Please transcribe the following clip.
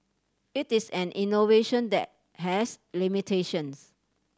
it is an innovation that has limitations